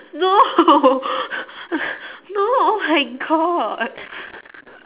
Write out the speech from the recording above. no no oh my god